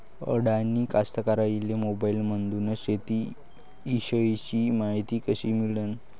अडानी कास्तकाराइले मोबाईलमंदून शेती इषयीची मायती कशी मिळन?